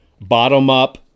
bottom-up